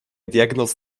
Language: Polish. diagnoz